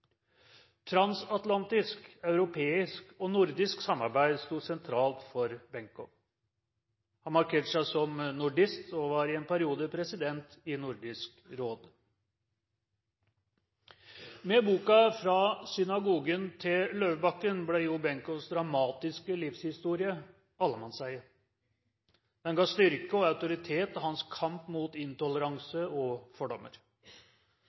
Transatlantisk, europeisk og nordisk samarbeid sto sentralt for Benkow. Han markerte seg som nordist, og var i en periode president i Nordisk råd. Med boken «Fra synagogen til Løvebakken» ble Jo Benkows dramatiske livshistorie allemannseie. Den ga styrke og autoritet til hans kamp mot intoleranse og fordommer.